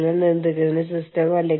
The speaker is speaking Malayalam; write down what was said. അതാണ് ലാഭം ഉണ്ടാക്കുന്നതിനുള്ള താക്കോൽ